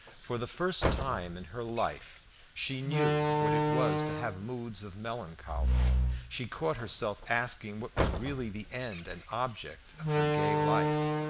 for the first time in her life she knew what it was to have moods of melancholy she caught herself asking what was really the end and object of her gay life,